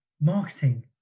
marketing